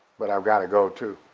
but i've gotta go too,